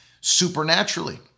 supernaturally